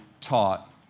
taught